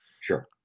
Sure